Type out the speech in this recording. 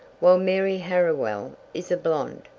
while mary harriwell is a blonde.